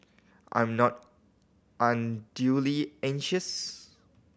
I am not unduly anxious